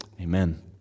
Amen